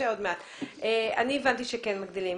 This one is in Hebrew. אני הבנתי שכן מגדילים.